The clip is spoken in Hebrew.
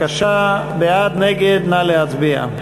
בבקשה, בעד, נגד, נא להצביע.